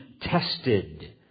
tested